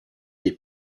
des